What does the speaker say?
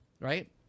right